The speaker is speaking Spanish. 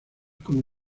como